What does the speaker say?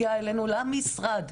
היא הגיעה אלינו עד למשרד.